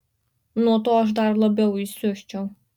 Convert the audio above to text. nuo to aš dar labiau įsiusčiau